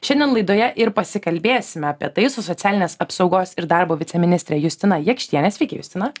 šiandien laidoje ir pasikalbėsime apie tai su socialinės apsaugos ir darbo viceministre justina jakštiene sveiki justina